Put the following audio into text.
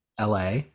la